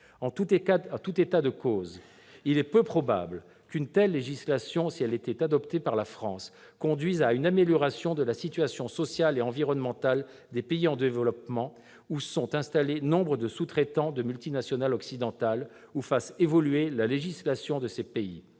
En tout état de cause, il est peu probable qu'une telle législation, si elle était adoptée par la France, conduise à une amélioration de la situation sociale et environnementale des pays en développement, où sont installés nombre de sous-traitants de multinationales occidentales, ou fasse évoluer la législation de ces pays.